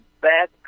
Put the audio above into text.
back